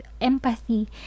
empathy